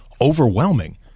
overwhelming